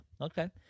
Okay